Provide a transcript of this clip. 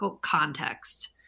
context